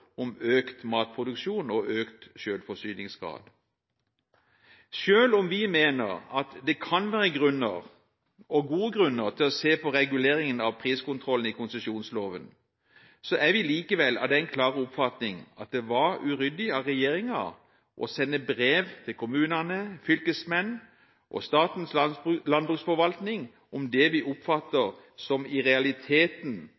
om økt matproduksjon og økt selvforsyningsgrad. Selv om vi mener at det kan være grunner – og gode grunner – til å se på reguleringen av priskontrollen i konsesjonsloven, er vi av den klare oppfatning at det var uryddig av regjeringen å sende brev til kommunene, fylkesmennene og Statens landbruksforvaltning om det vi